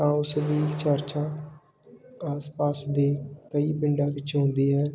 ਤਾਂ ਉਸ ਦੀ ਚਰਚਾ ਆਸ ਪਾਸ ਦੇ ਕਈ ਪਿੰਡਾਂ ਵਿੱਚ ਹੁੰਦੀ ਹੈ